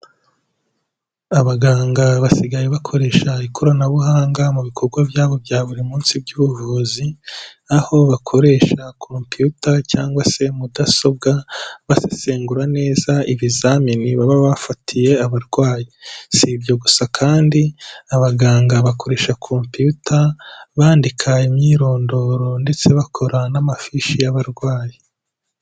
Abaganga basigaye bakoresha ikoranabuhanga mu bikorwa byabo bya buri munsi by'ubuvuzi, aho bakoresha computer cyangwa se mudasobwa, basesengura neza ibizamini baba bafatiye abarwayi. Si ibyo gusa kandi, abaganga bakoresha computer, bandika imyirondoro ndetse bakora n'amafishi y'abarwayi.